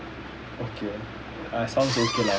okay